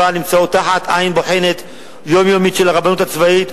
נמצאת תחת עין בוחנת יומיומית של הרבנות הצבאית,